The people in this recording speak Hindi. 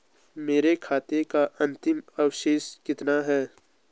मेरे खाते का अंतिम अवशेष कितना है?